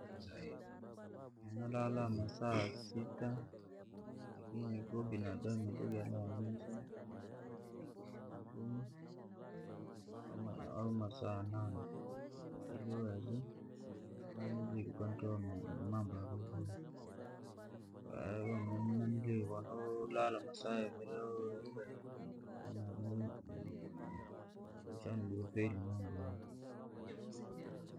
Nini nala masaa sita, lakini kwa binadamu otakiwa alale masaa ikimi au masaa yanane, ili uweze ku mambo yako vyaboha. Kono wolala masaa ya viri au yangai, ngo cha guferi mambo.